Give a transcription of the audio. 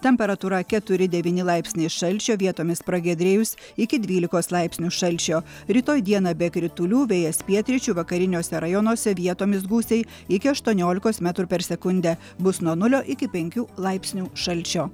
temperatūra keturi devyni laipsniai šalčio vietomis pragiedrėjus iki dvylikos laipsnių šalčio rytoj dieną be kritulių vėjas pietryčių vakariniuose rajonuose vietomis gūsiai iki aštuoniolikos metrų per sekundę bus nuo nulio iki penkių laipsnių šalčio